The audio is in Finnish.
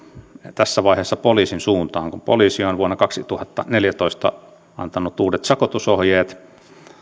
tässä vaiheessa poliisin suuntaan kun poliisi on vuonna kaksituhattaneljätoista antanut uudet sakotusohjeet